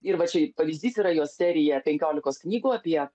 ir va čia pavyzdys yra jos serija penkiolikos knygų apie